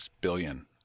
billion